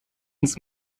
uns